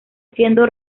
siendo